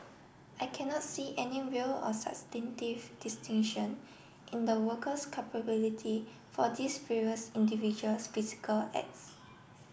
I cannot see any will or substantive distinction in the worker's culpability for these various individuals physical acts